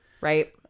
right